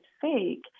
fake